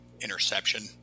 interception